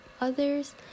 others